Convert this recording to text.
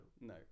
No